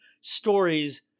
stories